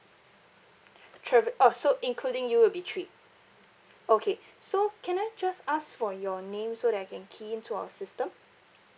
trave~ oh so including you will be three okay so can I just ask for your name so that I can key in to our system